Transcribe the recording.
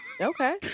Okay